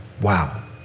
Wow